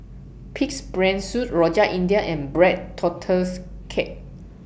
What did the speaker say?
Pig'S Brain Soup Rojak India and Black Tortoise Cake